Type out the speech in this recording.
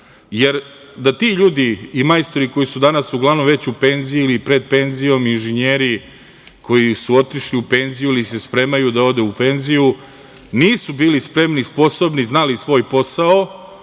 jer da ti ljudi i majstori koji su danas uglavnom već u penziji ili pred penzijom, inženjeri koji su otišli u penziju ili se spremaju da odu u penziju, nisu bili spremni, sposobni, znali svoj posao,